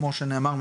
כמו שנאמר,